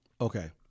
okay